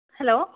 hello